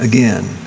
Again